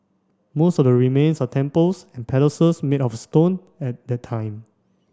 most of the remains are temples and palaces made of stone at that time